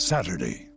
Saturday